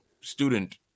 student